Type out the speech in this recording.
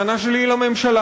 הטענה שלי היא לממשלה.